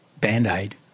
Band-Aid